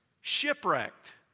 shipwrecked